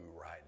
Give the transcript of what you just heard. right